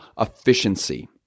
efficiency